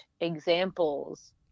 examples